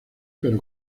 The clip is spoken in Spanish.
pero